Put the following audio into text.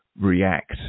react